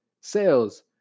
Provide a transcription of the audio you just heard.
sales